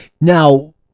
now